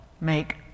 make